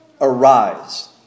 arise